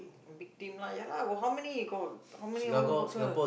big team lah got how many got how may over boxes